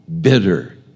bitter